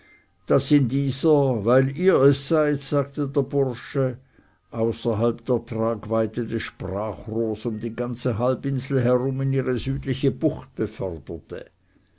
daß ihn dieser weil ihr es seid sagte der bursche außerhalb der tragweite des sprachrohres um die ganze halbinsel herum in ihre südliche bucht beförderte